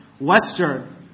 Western